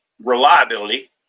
reliability